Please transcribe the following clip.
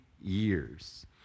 years